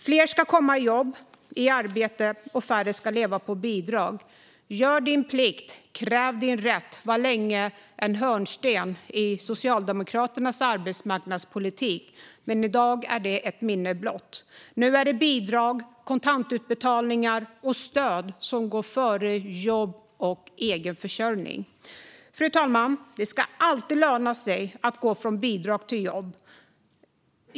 Fler ska komma i arbete och färre ska leva på bidrag. Gör din plikt, kräv din rätt! Det var länge en hörnsten i Socialdemokraternas arbetsmarknadspolitik, men i dag är det ett minne blott. Nu är det bidrag, kontantutbetalningar och stöd som går före jobb och egenförsörjning. Fru talman! Det ska alltid löna sig att gå från bidrag till jobb.